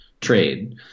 trade